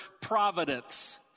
providence